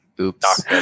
Oops